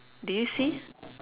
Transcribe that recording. do you see